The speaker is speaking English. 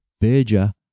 Berger